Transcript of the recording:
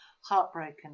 heartbroken